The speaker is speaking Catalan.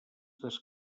des